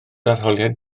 arholiad